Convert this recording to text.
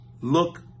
look